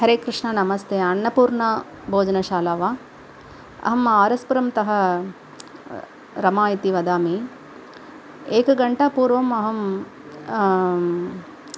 हरेकृष्ण नमस्ते अन्नपूर्णभोजनशाला वा अहं आर् एस् पुरंतः रमा इति वदामि एकघण्टात्पूर्वं अहं